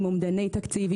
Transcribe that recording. עם אומדני תקציב,